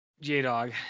j-dog